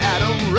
Adam